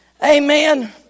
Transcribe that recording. Amen